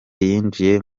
yinjiye